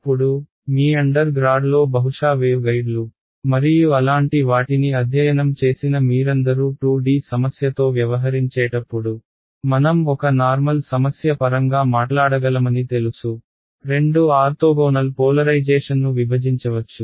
ఇప్పుడు మీ అండర్గ్రాడ్లో బహుశా వేవ్ గైడ్లు మరియు అలాంటి వాటిని అధ్యయనం చేసిన మీరందరూ 2D సమస్యతో వ్యవహరించేటప్పుడు మనం ఒక నార్మల్ సమస్య పరంగా మాట్లాడగలమని తెలుసు రెండు ఆర్తోగోనల్ పోలరైజేషన్ను విభజించవచ్చు